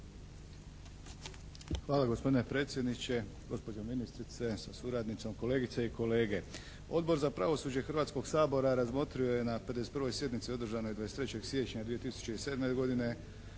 Hvala gospodine predsjedniče. Gospođo ministre sa suradnicom, kolegice i kolege. Odbor za pravosuđe Hrvatskog sabora razmotrio je na 51. sjednici održanoj 23. siječnja 2007. godine